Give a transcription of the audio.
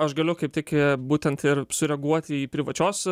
aš galiu kaip tik būtent ir sureaguoti į privačios